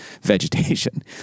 vegetation